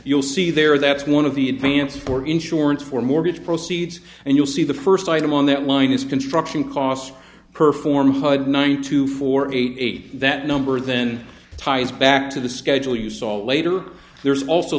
you'll see there that's one of the advance for insurance for mortgage proceeds and you'll see the first item on that line is construction costs per four hundred ninety two four eight that number then ties back to the schedule you saw later there's also